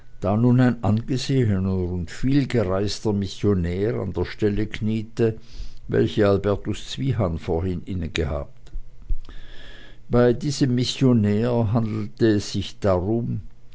ein angesehener und vielgereister missionär an der stelle kniete welche albertus zwiehan vorhin innegehabt bei diesem missionär handelte es sich darum